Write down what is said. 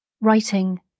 writing